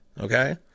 Okay